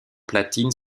platine